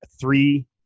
Three